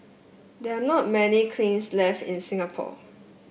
there are not many cleans left in Singapore